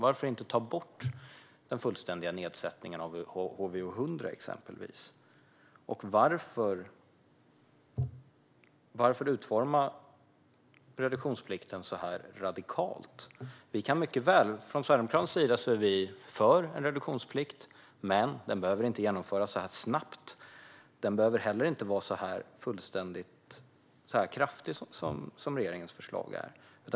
Varför inte ta bort den fullständiga nedsättningen av HVO100 exempelvis? Och varför utforma reduktionsplikten så radikalt? Sverigedemokraterna är för en reduktionsplikt, men den behöver inte genomföras så snabbt. Den behöver heller inte vara så kraftig som den blir med regeringens förslag.